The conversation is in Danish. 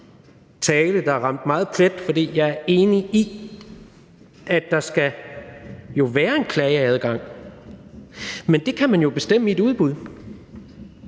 tale, der ramte plet. For jeg er enig i, at der skal være en klageadgang, men det kan man jo bestemme i et udbud.